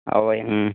اَوَے اۭں